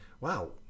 Wow